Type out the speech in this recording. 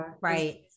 Right